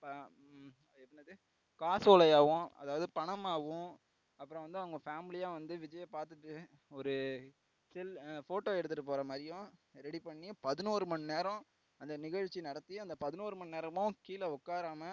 என்னது காசோலையாகவும் அதாவது பணமாகவும் அப்றம் வந்து அவங்க ஃபேமிலியாக வந்து விஜயை பார்த்துட்டு ஒரு செல் ஃபோட்டோ எடுத்துட்டு போகிற மாதிரியும் ரெடி பண்ணி பதினோரு மணி நேரம் அந்த நிகழ்ச்சி நடத்தி அந்த பதினோரு மணி நேரமும் கீழே உக்காராம